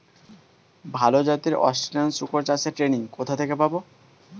ভালো জাতে অস্ট্রেলিয়ান শুকর চাষের ট্রেনিং কোথা থেকে পাব?